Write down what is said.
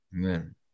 Amen